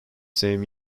same